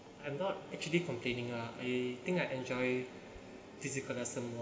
I'm not actually complaining ah I think I enjoy physical lesson more